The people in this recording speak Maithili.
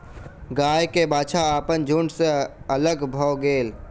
गाय के बाछा अपन झुण्ड सॅ अलग भअ गेल